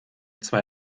zwei